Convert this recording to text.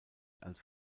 als